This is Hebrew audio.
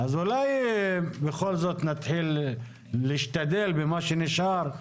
אז אולי בכל זאת נתחיל להשתדל במה שנשאר.